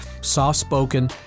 soft-spoken